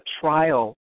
trial